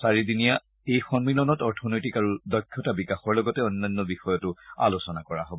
চাৰিদিনীয়া এই সন্মিলনত অৰ্থনৈতিক আৰু দক্ষতা বিকাশৰ লগতে অন্যান্য বিষয়টো আলোচনা কৰা হব